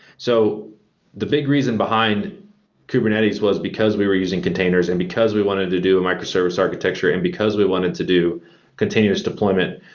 so the big reason behind kubernetes was because we were using containers and because we wanted to do a micro-service architecture and because we wanted to do continuous deployment,